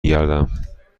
گردم